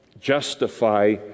justify